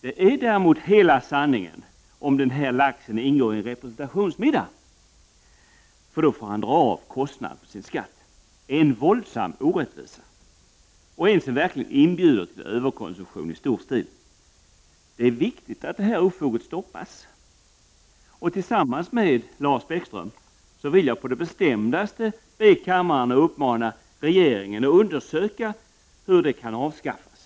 Det är däremot hela sanningen om den här laxen ingår i en representationsmiddag, för då får man dra av kostnaden på sin skatt. Det är en våldsam orättvisa och en som verkligen inbjuder till överkonsumtion i stor stil. Det är viktigt att detta ofog stoppas. Tillsammans med Lars Bäckström vill jag på det bestämdaste be kammaren att uppmana regeringen att undersöka hur det kan avskaffas.